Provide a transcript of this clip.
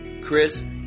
Chris